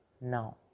now